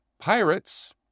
pirates